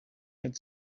had